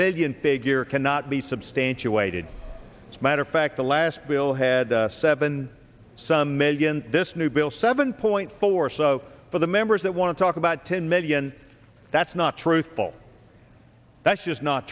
million figure cannot be substantiated as matter of fact the last bill had seven some million this new bill seven point four so for the members that want to talk about ten million that's not truthful that's just not